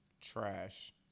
Trash